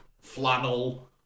flannel